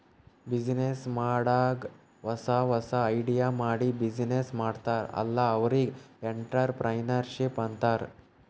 business ಮಾಡಾಗ್ ಹೊಸಾ ಹೊಸಾ ಐಡಿಯಾ ಮಾಡಿ ಬಿಸಿನ್ನೆಸ್ ಮಾಡ್ತಾರ್ ಅಲ್ಲಾ ಅವ್ರಿಗ್ ಎಂಟ್ರರ್ಪ್ರಿನರ್ಶಿಪ್ ಅಂತಾರ್